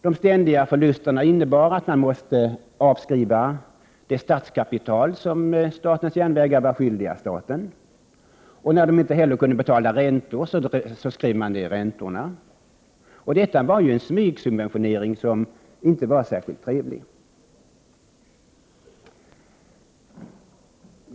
De ständiga förlusterna innebar att man måste skriva av det kapital som statens järnvägar var skyldigt staten. När man inte heller kunde betala räntorna skrevs räntorna ner. Denna smygsubventionering var inte särskilt trevlig.